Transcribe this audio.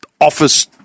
office